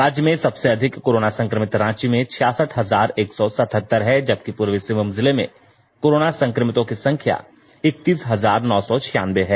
राज्य में सबसे अधिक कोरोना संक्रमित रांची में छियासठ हजार एक सौ सतहत्तर हैं जबकि पूर्वी सिंहभूम जिले में कोरोना संक्रमितों की संख्या इकत्तीस हजार नौ सौ छियानबे है